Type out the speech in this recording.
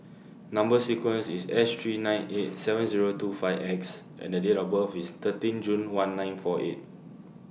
Number sequence IS H three nine eight seven Zero two five X and Date of birth IS thirteen June one nine four eight